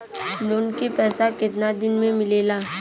Loan के पैसा कितना दिन मे मिलेला?